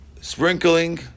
sprinkling